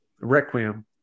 Requiem